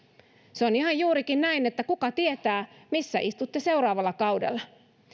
se on ihan juurikin näin että kuka tietää missä istutte seuraavalla kaudella